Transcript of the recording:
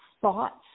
thoughts